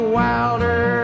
wilder